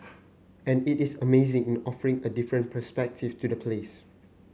and it is amazing in offering a different perspective to the place